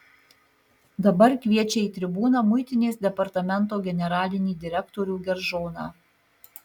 dabar kviečia į tribūną muitinės departamento generalinį direktorių geržoną